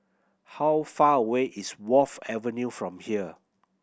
how far away is Wharf Avenue from here